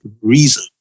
reason